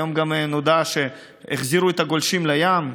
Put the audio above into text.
היום גם נודע שהחזירו את הגולשים לים,